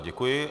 Děkuji.